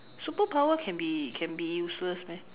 superpower can be can be useless meh